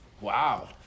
Wow